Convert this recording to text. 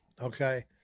okay